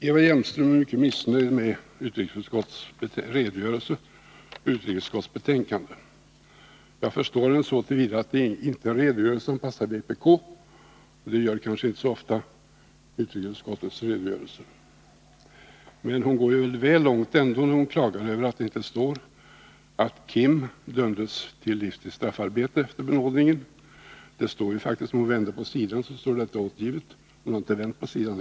Eva Hjelmström är mycket missnöjd med utrikesutskottets redogörelse i betänkandet. Jag förstår henne så till vida att det inte är en redogörelse som passar vpk — det gör kanske inte utrikesutskottets redogörelser så ofta. Men hon går väl långt när hon klagar över att det inte står att Kim dömdes till livstids straffarbete efter benådningen. Om hon vänder på sidan i betänkandet, så står det faktiskt där. Men hon har tydligen inte gjort det.